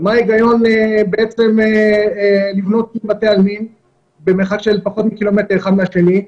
אז מה ההיגיון בעצם לבנות בתי עלמין במרחק של פחות מק"מ אחד מהשני?